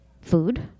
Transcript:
food